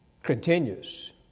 Continues